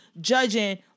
judging